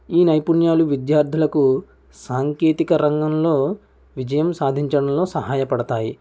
ఈ నైపుణ్యాలు విద్యార్థులకు సాంకేతిక రంగంలో విజయం సాధించడంలో సహాయపడతాయి